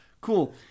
Cool